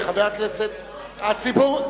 כבוד